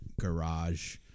garage